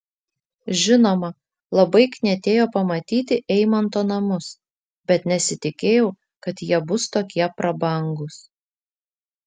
žinoma labai knietėjo pamatyti eimanto namus bet nesitikėjau kad jie bus tokie prabangūs